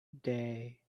day